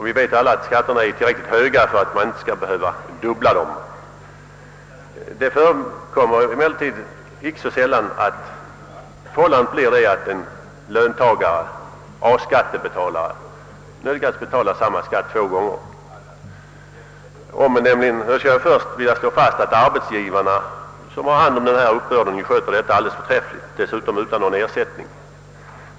Som bekant är skatterna alldeles tillräckligt höga som de är utan att de fördubblas. Jag är angelägen framhålla att arbetsgivarna, som har hand om skatteuppbörden, sköter den saken alldeles förträffligt — och utan ersättning.